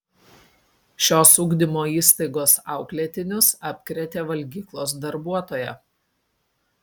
šios ugdymo įstaigos auklėtinius apkrėtė valgyklos darbuotoja